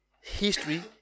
history